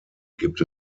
gibt